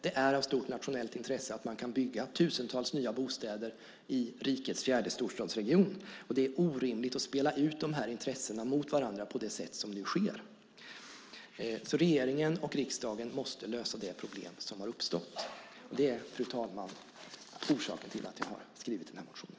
Det är av stort nationellt intresse att man kan bygga tusentals nya bostäder i rikets fjärde storstadsregion. Det är orimligt att spela ut de här intressena mot varandra på det sätt som nu sker. Regeringen och riksdagen måste lösa det problem som har uppstått. Det är, fru talman, orsaken till att jag har skrivit motionen.